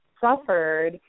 suffered